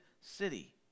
city